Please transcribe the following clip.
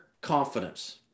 confidence